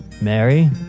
Mary